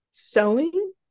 Sewing